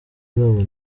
babo